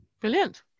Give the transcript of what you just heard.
Brilliant